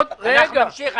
אנחנו נמשיך.